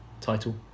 title